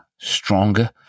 stronger